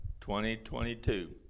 2022